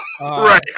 right